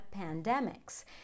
pandemics